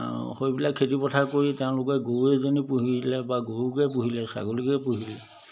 আৰু সেইবিলাক খেতিপথাৰ কৰি তেওঁলোকে গৰু এজনী পুহিলে বা গৰুকে পুহিলে ছাগলীকে পুহিলে